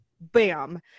bam